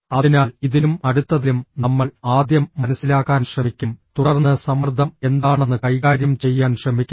അതിനാൽ ഇതിലും അടുത്തതിലും നമ്മൾ ആദ്യം മനസിലാക്കാൻ ശ്രമിക്കും തുടർന്ന് സമ്മർദ്ദം എന്താണെന്ന് കൈകാര്യം ചെയ്യാൻ ശ്രമിക്കും